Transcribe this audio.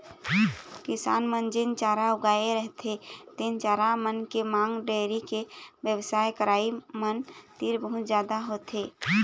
किसान मन जेन चारा उगाए रहिथे तेन चारा मन के मांग डेयरी के बेवसाय करइया मन तीर बहुत जादा होथे